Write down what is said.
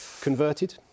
converted